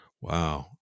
Wow